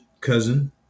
cousin